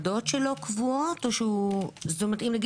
תודה רבה לך.